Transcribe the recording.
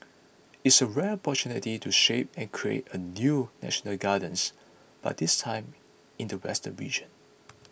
it's a rare opportunity to shape and create a new national gardens but this time in the western region